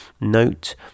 note